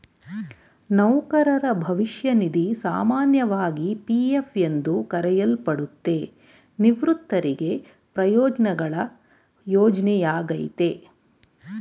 ನೌಕರರ ಭವಿಷ್ಯ ನಿಧಿ ಸಾಮಾನ್ಯವಾಗಿ ಪಿ.ಎಫ್ ಎಂದು ಕರೆಯಲ್ಪಡುತ್ತೆ, ನಿವೃತ್ತರಿಗೆ ಪ್ರಯೋಜ್ನಗಳ ಯೋಜ್ನೆಯಾಗೈತೆ